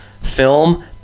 film